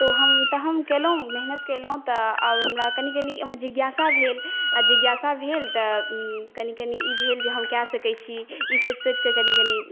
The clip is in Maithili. तऽ ओ हम हम कयलहुँ मेहनति कएलहुँ तऽ आब हमरा कनी कनी जिज्ञासा भेल जिज्ञासा भेल तऽ कनी कनी ई भेल जे हम कऽ सकै छी ई सोचि सोचिकऽ कनी कनी